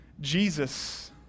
Jesus